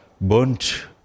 burnt